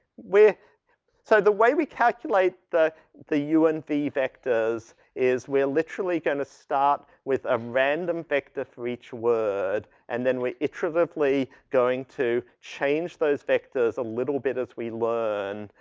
so the way we calculate the, the u and v vectors is we're literally going to start with a random vector for each word and then we iteratively going to change those vectors a little bit as we learn.